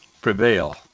prevail